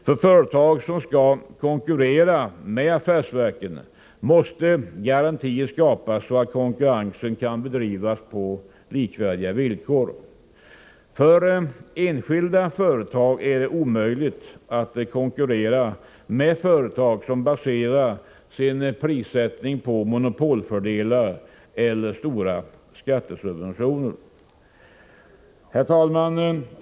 För företag som skall konkurrera med affärsverken måste garantier skapas, så att konkurrensen kan bedrivas på likvärdiga villkor. För enskilda företag är det omöjligt att konkurrera med företag som baserar sin prissättning på monopolfördelar eller stora skattesubventioner. Herr talman!